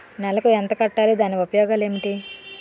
నెలకు ఎంత కట్టాలి? దాని ఉపయోగాలు ఏమిటి?